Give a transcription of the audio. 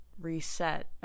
reset